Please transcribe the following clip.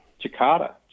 Jakarta